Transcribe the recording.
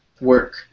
work